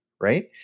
right